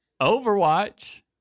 Overwatch